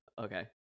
Okay